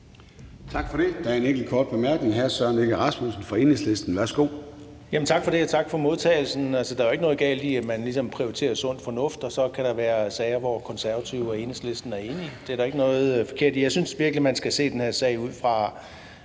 Tak for det. Der er en enkelt kort bemærkning. Hr. Søren Egge Rasmussen fra Enhedslisten. Værsgo. Kl. 13:47 Søren Egge Rasmussen (EL): Tak for det, og tak for modtagelsen. Der er jo ikke noget galt i, at man ligesom prioriterer sund fornuft, og at så kan der være sager, hvor Konservative og Enhedslisten er enige. Det er der jo ikke noget forkert i. Jeg synes virkelig, man skal se den her sag ud fra